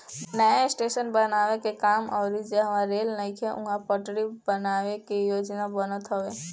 नया स्टेशन बनावे के काम अउरी जहवा रेल नइखे उहा पटरी बनावे के योजना बनत हवे